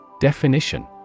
Definition